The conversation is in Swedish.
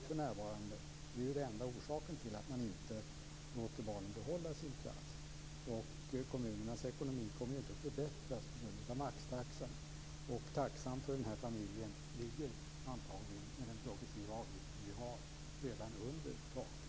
Det är enda orsaken till att man inte låter barnen behålla sina platser. Kommunernas ekonomi kommer inte att förbättras tack vare maxtaxan. Taxan för den familjen ligger, med den progressiva avgift som nu finns, förmodligen redan under taket.